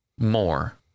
More